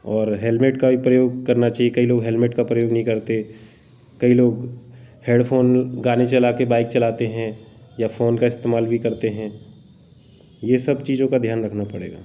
और हेलमेट का भी प्रयोग करना चहिए कई लोग हेलमेट का प्रयोग नहीं करते कई लोग हेडफ़ोन गाने चला कर बाइक चलाते हैं या फ़ोन का इस्तेमाल भी करते हैं यह सब चीज़ों का ध्यान रखना पड़ेगा